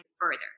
further